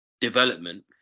development